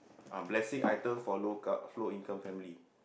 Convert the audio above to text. ah blessing item for low co~ low income family